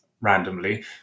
randomly